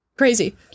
crazy